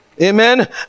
amen